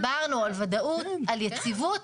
דיברנו על ודאות, יציבות?